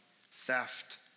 theft